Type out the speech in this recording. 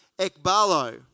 ekbalo